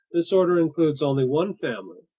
this order includes only one family.